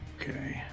okay